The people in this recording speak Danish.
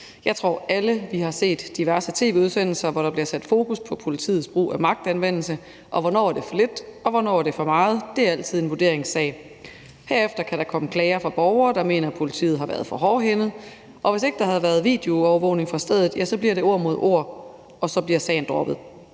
Jeg tror, at alle har set diverse tv-udsendelser, hvor der bliver sat fokus på politiets brug af magtanvendelse. Hvornår det er for lidt, og hvornår det er for meget, er altid en vurderingssag. Herefter kan der komme klager fra borgere, der mener, at politiet har været for hårdhændet, og hvis ikke der havde været videoovervågning fra stedet, bliver det ord mod ord, og så bliver sagen droppet.